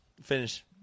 finish